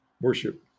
worship